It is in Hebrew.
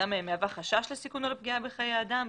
מהם מהווה חשש לסיכון או לפגיעה בחיי אדם,